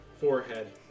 forehead